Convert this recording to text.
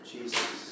Jesus